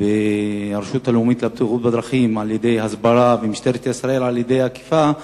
והרשות הלאומית לבטיחות בדרכים על-ידי הסברה ומשטרת ישראל על-ידי אכיפה,